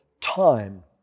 time